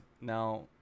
Now